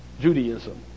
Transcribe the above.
Judaism